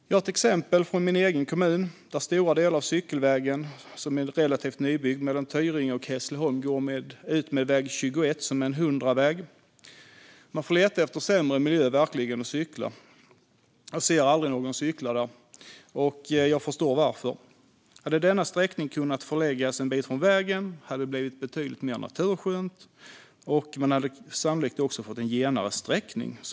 Jag har ett exempel från min egen kommun, där stora delar av cykelvägen mellan Tyringe och Hässleholm, som är relativt nybyggd, går utmed väg 21. Det är en 100-väg, och man får verkligen leta efter en sämre miljö att cykla i. Man ser aldrig någon cykla där, och jag förstår varför. Hade denna sträckning kunnat förläggas en bit från vägen hade det blivit mer naturskönt, och man hade sannolikt också fått en genare sträckning.